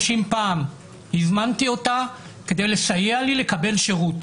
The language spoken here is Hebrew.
פעם הזמנתי אותה כדי לסייע לי לקבל שירות